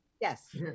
Yes